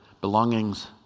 belongings